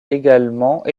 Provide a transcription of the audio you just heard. également